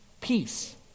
peace